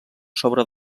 sobre